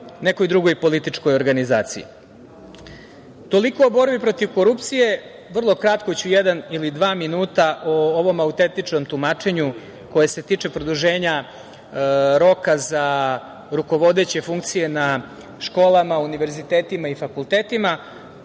nekoj drugoj političkoj organizaciji. Toliko o borbi protiv korupcije. Vrlo kratko ću jedan ili dva minuta o ovom autentičnom tumačenju koje se tiče produženja roka za rukovodeće funkcije na školama, univerzitetima i fakultetima. Želim